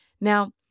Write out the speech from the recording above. Now